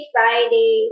Friday